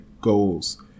goals